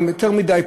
אם יותר מדי,